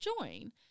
join